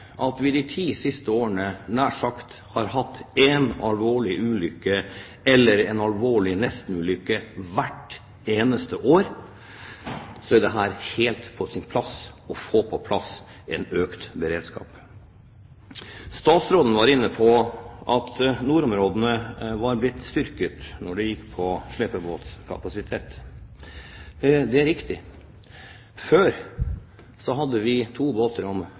at vi de ti siste årene nær sagt har hatt én alvorlig ulykke eller én alvorlig nestenulykke hvert eneste år, så er det helt på sin plass å få til en økt beredskap. Statsråden var inne på at nordområdene var blitt styrket når det gjelder slepebåtkapasitet. Det er riktig. Før hadde vi to båter om